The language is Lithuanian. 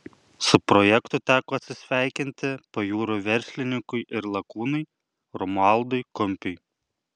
su projektu teko atsisveikinti pajūrio verslininkui ir lakūnui romualdui kumpiui